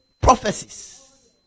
prophecies